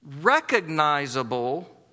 recognizable